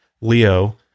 leo